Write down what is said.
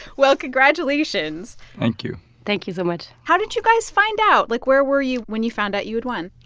well, congratulations thank you thank you so much how did you guys find out? like, where were you when you found out you had won?